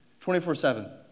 24-7